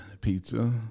pizza